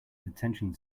detention